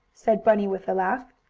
said bunny with a laugh.